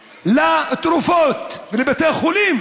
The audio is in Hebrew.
לתרופות ולבתי החולים